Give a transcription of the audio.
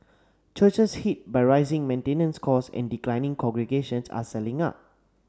churches hit by rising maintenance cost and declining congregations are selling up